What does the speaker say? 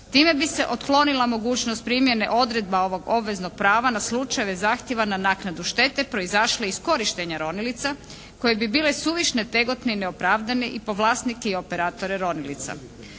Time bi se otklonila mogućnost primjene odredba ovog obveznog prava na slučajeve zahtjeva na naknadu štete proizašle iz korištenja ronilica koje bi bile suvišne, tegotne i neopravdane i po vlasnike i po operatore ronilica.